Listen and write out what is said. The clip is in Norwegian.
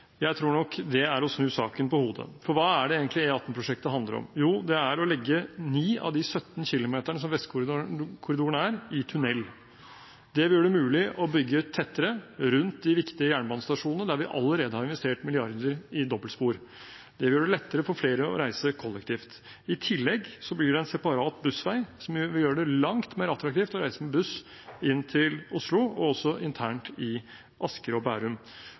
Jeg tror nok det er å snu saken på hodet. For hva er det egentlig E18-prosjektet handler om? Jo, det er å legge 9 av de 17 kilometerne som Vestkorridoren er, i tunnel. Det vil gjøre det mulig å bygge tettere rundt de viktige jernbanestasjonene, der vi allerede har investert milliarder i dobbeltspor. Det vil gjøre det lettere for flere å reise kollektivt. I tillegg blir det en separat bussvei, som vil gjøre det langt mer attraktivt å reise med buss inn til Oslo og internt i Asker og Bærum